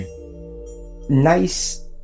nice